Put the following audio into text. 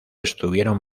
estuvieron